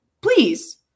please